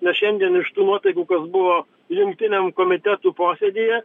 nes šiandien iš tų nuotaikų kad buvo jungtiniam komitetų posėdyje